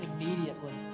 immediately